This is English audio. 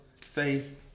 faith